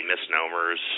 misnomers